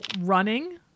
running